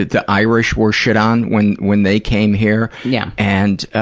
the irish were shit on when when they came here, yeah and